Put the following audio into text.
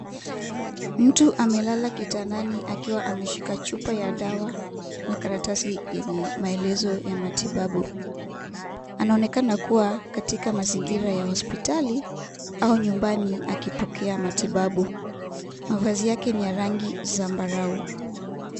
Mtu amelala kitandani akiwa ameshika chupa ya dawa na karatasi yenye maelezo ya matibabu. Anaonekana kuwa katika mazingira ya hospitali au nyumbani akipokea matibabu. Mavazi yake ni ya rangi zambarau.